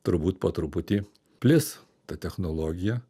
turbūt po truputį plis ta technologija